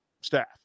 staff